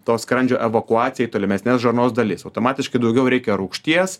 to skrandžio evakuaciją į tolimesnes žarnos dalis automatiškai daugiau reikia rūgšties